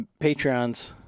patreons